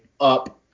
up